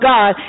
God